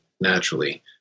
naturally